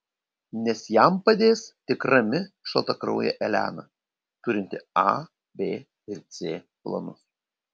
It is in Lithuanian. nes jam padės tik rami šaltakraujė elena turinti a b ir c planus